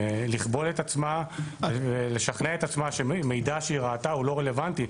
ולכבול את עצמה ולשכנע את עצמה שמידע שהיא ראתה הוא לא רלוונטי,